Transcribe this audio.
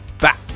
back